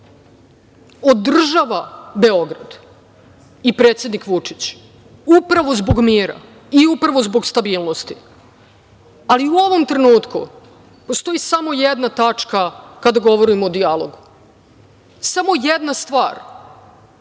održava Beograd i predsednik Vučić, upravo zbog mira i upravo zbog stabilnosti. Ali u ovom trenutku postoji samo jedna tačka kada govorim o dijalogu, samo jedna stvar